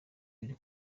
biri